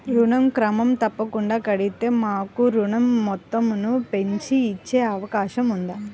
ఋణం క్రమం తప్పకుండా కడితే మాకు ఋణం మొత్తంను పెంచి ఇచ్చే అవకాశం ఉందా?